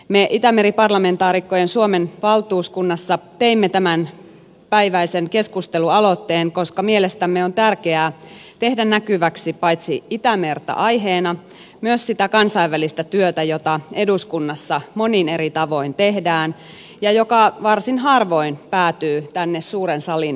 me itämeri parlamentaarikkojen suomen valtuuskunnassa teimme tämänpäiväisen keskustelualoitteen koska mielestämme on tärkeää tehdä näkyväksi paitsi itämerta aiheena myös sitä kansainvälistä työtä jota eduskunnassa monin eri tavoin tehdään ja joka varsin harvoin päätyy tänne suuren salin keskusteltavaksi